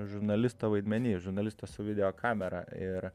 žurnalisto vaidmeny žurnalisto su videokamera ir